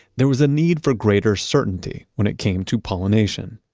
there was a need for greater certainty when it came to pollination.